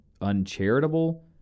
uncharitable